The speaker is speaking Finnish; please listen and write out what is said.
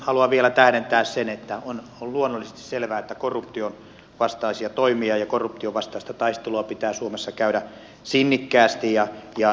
haluan vielä tähdentää sitä että on luonnollisesti selvää että korruption vastaisia toimia ja korruption vastaista taistelua pitää suomessa käydä sinnikkäästi